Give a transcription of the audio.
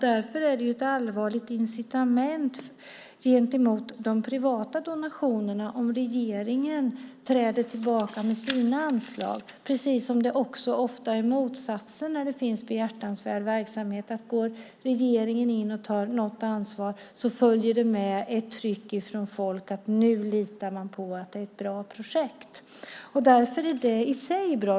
Därför är det en allvarlig signal till de privata donationerna om regeringen träder tillbaka med sina anslag, precis som det också ofta är motsatsen när det finns behjärtansvärd verksamhet. Går regeringen in och tar något ansvar följer det med ett tryck från folk. Nu litar de på att det är ett bra projekt. Därför är det i sig bra.